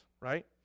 right